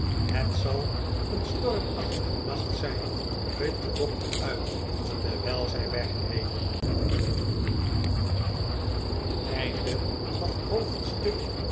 het zal een stormachtige nacht zijn riep de dokter uit terwijl zij wegreden hoofdstuk